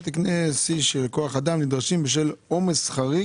יש 2,600 מיליון שקלים שהולכים לפיתוח מערך החינוך